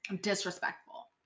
disrespectful